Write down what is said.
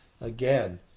Again